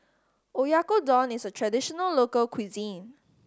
oyakodon is a traditional local cuisine